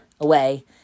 away